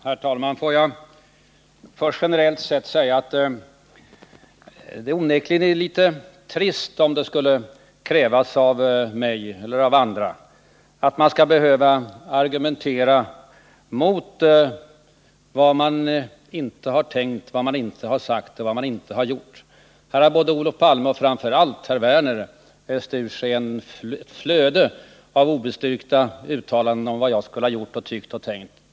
Herr talman! Får jag först generellt säga att det onekligen är litet trist om det skulle krävas av mig-— eller andra — att behöva argumentera mot vad man inte har tänkt, vad man inte har sagt och vad man inte har gjort. Här har Olof Palme och framför allt Lars Werner öst ur sig ett flöde av obestyrkta påståenden om vad jag skulle ha gjort, tyckt och tänkt.